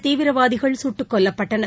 தீவிரவாதிகள் குட்டுக் கொல்லப்பட்டனர்